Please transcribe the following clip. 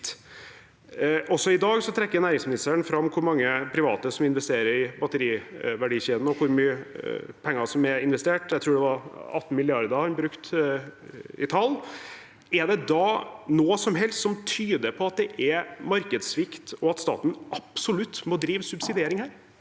i dag trekker næringsministeren fram hvor mange private som investerer i batteriverdikjeden, og hvor mye penger som er investert. Jeg tror tallet han brukte var 18 mrd. kr. Er det da noe som helst som tyder på at det er markedssvikt, og at staten absolutt må drive subsidiering her?